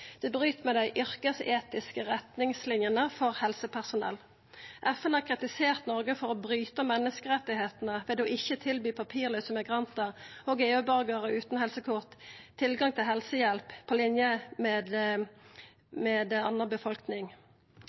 Det bryt med dei yrkesetiske retningslinjene for helsepersonell. FN har kritisert Noreg for å bryta menneskerettane ved å ikkje tilby papirlause migrantar og EU-borgarar utan helsekort tilgang til helsehjelp på linje med anna befolkning.